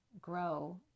grow